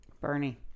Bernie